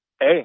Hey